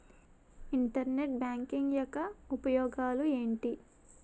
Internet banking యెక్క ఉపయోగాలు ఎంటి?